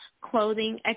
clothing